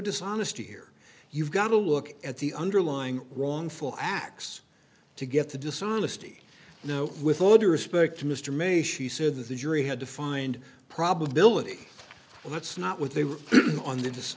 dishonesty here you've got to look at the underlying wrongful acts to get to dishonesty no with all due respect to mr may she said that the jury had to find probability well that's not what they were on the